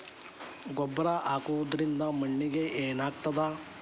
ಗೊಬ್ಬರ ಹಾಕುವುದರಿಂದ ಮಣ್ಣಿಗೆ ಏನಾಗ್ತದ?